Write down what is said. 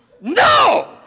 no